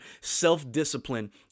self-discipline